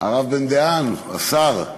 הרב בן-דהן, השר,